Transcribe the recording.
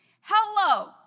Hello